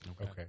okay